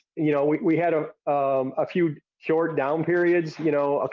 you know, we we had a um ah few short down periods, you know,